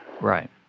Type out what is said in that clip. Right